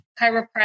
chiropractic